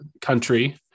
country